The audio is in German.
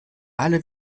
alle